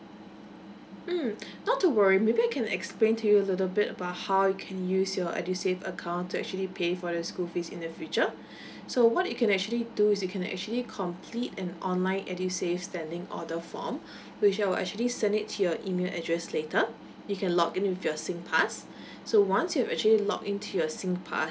mm not to worry maybe I can explain to you a little bit about how you can use your edusave account to actually pay for the school fees in the future so what you can actually do is you can actually complete an online edusave standing order form which I will actually send it to your email address later you can log in with your singpass so once you've actually log in to your singpass